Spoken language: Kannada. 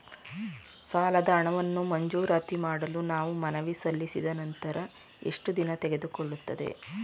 ಸಾಲದ ಹಣವನ್ನು ಮಂಜೂರಾತಿ ಮಾಡಲು ನಾವು ಮನವಿ ಸಲ್ಲಿಸಿದ ನಂತರ ಎಷ್ಟು ದಿನ ತೆಗೆದುಕೊಳ್ಳುತ್ತದೆ?